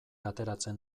ateratzen